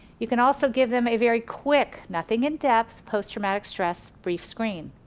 you can also give them a very quick, nothing in depth, post traumatic stress brief screen.